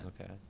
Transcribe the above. Okay